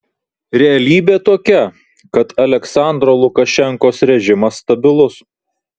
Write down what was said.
realybė tokia kad aliaksandro lukašenkos režimas stabilus